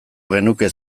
genuke